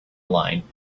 line